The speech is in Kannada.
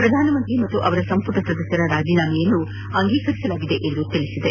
ಪ್ರಧಾನಮಂತ್ರಿ ಹಾಗೂ ಅವರ ಸಂಪುಟ ಸದಸ್ಟರ ರಾಜೀನಾಮೆ ಅಂಗೀಕರಿಸಲಾಗಿದೆ ಎಂದು ತಿಳಿಸಿದೆ